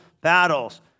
battles